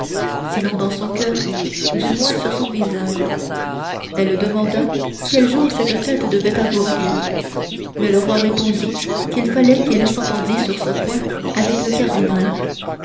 sinon dans son coeur du moins sur son visage elle demanda quel jour cette fête devait avoir lieu mais le roi répondit qu'il fallait qu'il s'entendît sur ce point avec le cardinal